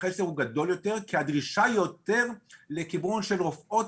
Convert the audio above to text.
החסר הוא גדול יותר כי הדרישה היא יותר לכיוון של רופאות